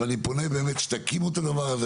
אבל אני פונה שתקימו את הדבר הזה.